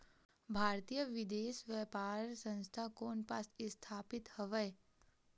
भारतीय विदेश व्यापार संस्था कोन पास स्थापित हवएं?